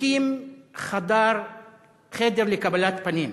הקים חדר לקבלת פנים,